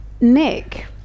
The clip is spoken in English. nick